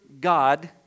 God